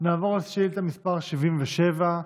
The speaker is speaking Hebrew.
נעבור לשאילתה מס' 77,